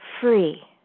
free